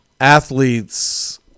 athletes